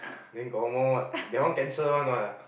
then got one more what that one cancel [one] what ah